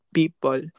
people